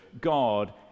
God